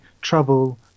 trouble